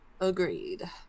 Agreed